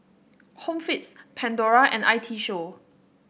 Home Fix Pandora and I T Show